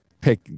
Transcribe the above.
pick